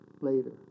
later